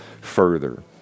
further